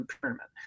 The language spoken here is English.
tournament